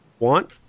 want